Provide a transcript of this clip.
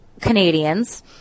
Canadians